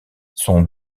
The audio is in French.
son